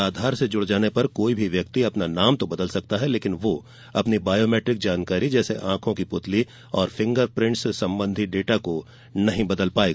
आधार से जुड़ जाने पर कोई भी व्यक्ति अपना नाम तो बदल सकता है लेकिन वह अपनी बायोमेट्रिक जानकारी र्जैसे आंखों की पुतली और फिंगर प्रट्स संबंधी डेटा को बदल नहीं पाएगा